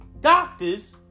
doctors